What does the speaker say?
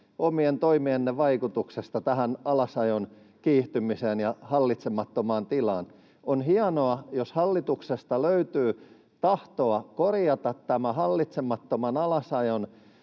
omien toimienne vaikutuksesta tähän alasajon kiihtymiseen ja hallitsemattomaan tilaan. On hienoa, jos hallituksesta löytyy tahtoa korjata tämän hallitsemattoman alasajon